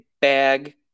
bag